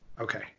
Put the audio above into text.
Okay